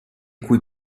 cui